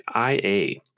IA